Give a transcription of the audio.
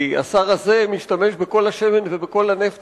כי השר הזה משתמש בכל השמן ובכל הנפט